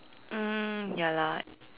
um ya lah